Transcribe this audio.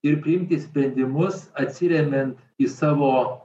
ir priimti sprendimus atsiremiant į savo